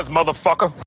Motherfucker